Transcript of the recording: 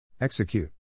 Execute